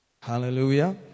Hallelujah